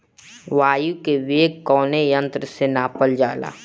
वायु क वेग कवने यंत्र से नापल जाला?